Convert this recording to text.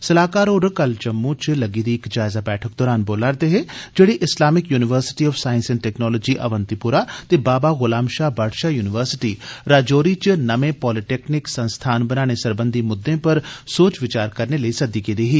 सलाहकार होर कल जम्मू च लग्गी दी इक जायजा बैठक दरान बोला'रदे हे जेह्ड़ी Islamic University of Science and Technology Awantipora ते बाबा गुलाम षाह बडषाह यूनिवर्सिटी राजौरी च नमें पोलीटेकनिक संस्थान बनाने सरबंधी मुद्दें पर सोच बचार करने लेई सद्दी गेदी ही